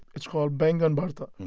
it's called baingan bharta.